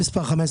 המספר הוא 15